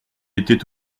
était